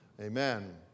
Amen